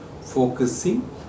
focusing